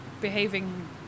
behaving